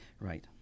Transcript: Right